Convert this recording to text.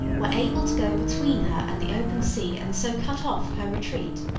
were able to go between her and the open sea and so cut off her retreat.